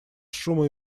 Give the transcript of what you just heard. шума